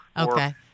Okay